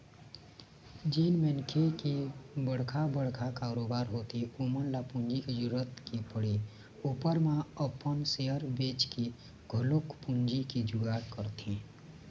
जेन मनखे के बड़का बड़का कारोबार होथे ओमन ल पूंजी के जरुरत के पड़े ऊपर म अपन सेयर बेंचके घलोक पूंजी के जुगाड़ करथे